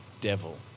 devil